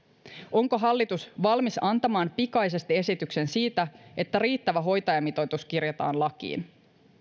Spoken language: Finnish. onko hallitus valmis antamaan pikaisesti esityksen siitä että riittävä hoitajamitoitus kirjataan lakiin